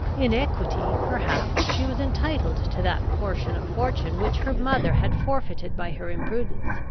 in equity, perhaps, she was entitled to that portion of fortune which her mother had forfeited by her imprudence,